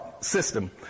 system